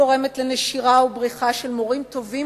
ההפקרות גורמת לנשירה ובריחה של מורים טובים